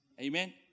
Amen